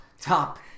top